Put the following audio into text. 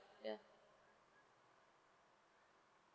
ya